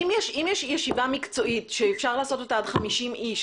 אם יש ישיבה מקצועית שאפשר לעשות אותה עד 50 אנשים,